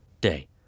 day